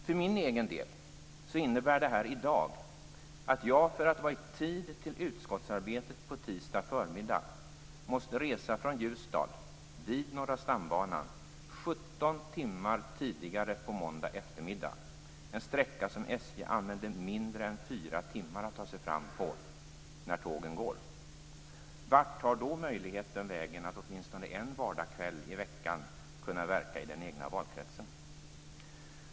För min egen del innebär det här i dag att jag för att vara i tid till utskottsarbetet på tisdag förmiddag måste resa från Ljusdal, vid Norra stambanan, 17 timmar tidigare på måndag eftermiddag - en sträcka som SJ använder mindre än 4 timmar för att ta sig fram på när tågen går. Vart tar då möjligheten vägen att åtminstone en vardagskväll i veckan kunna verka i den egna valkretsen?